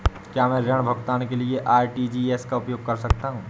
क्या मैं ऋण भुगतान के लिए आर.टी.जी.एस का उपयोग कर सकता हूँ?